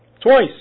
twice